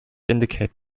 indicate